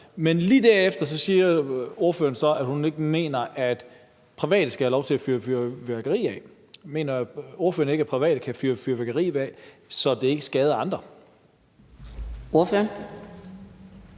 Men lige derefter siger ordføreren så, at hun ikke mener, at private skal have lov til at fyre fyrværkeri af. Mener ordføreren ikke, at private kan fyre fyrværkeri af på en måde, så det ikke skader andre? Kl.